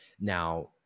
Now